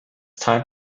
time